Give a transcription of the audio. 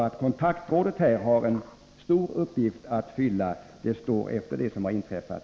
Att kontaktrådet här har en stor uppgift att fylla står helt klart efter det som har inträffat.